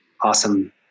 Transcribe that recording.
awesome